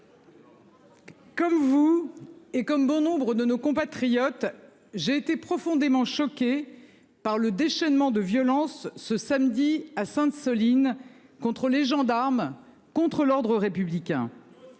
Comme vous et comme bon nombre de nos compatriotes. J'ai été profondément choqué par le déchaînement de violence ce samedi à Sainte-, Soline contre les gendarmes. Contre l'ordre républicain.